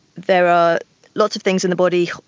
there are lots of things in the body,